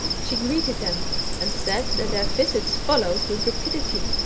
she greeted them and said that their visits followed with rapidity.